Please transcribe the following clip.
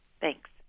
Thanks